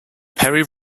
perry